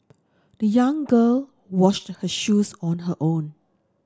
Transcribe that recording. the young girl washed her shoes on her own